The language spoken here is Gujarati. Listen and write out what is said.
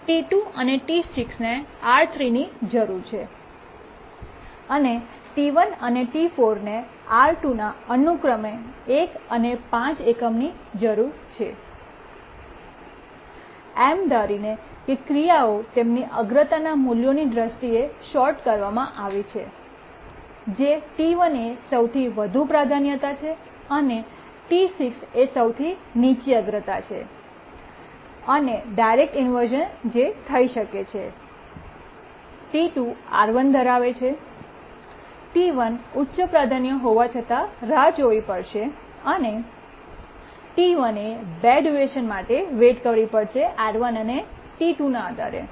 T2 અને T6 ને R3 ની જરૂર છે અને T1 અને T4 ને R2 ના અનુક્રમે 1 અને 5 એકમ ની જરૂર છે એમ ધારીને કે ક્રિયાઓ તેમની અગ્રતાના મૂલ્યોની દ્રષ્ટિએ શોર્ટેડ કરવામાં આવી છે જે T1 એ સૌથી વધુ પ્રાધાન્યતા છે અને T6 એ સૌથી નીચી અગ્રતા છે અને ડાયરેક્ટ ઇન્વર્શ઼ન જે થઈ શકે છે T2 R1 ધરાવે છે T1 ઉચ્ચ પ્રાધાન્યતા હોવા છતાં રાહ જોવી પડશે અને T1એ બે ડ્યૂરેશન માટે વેઈટ કરવી પડશે R1અને T2 ના આધારે